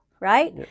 right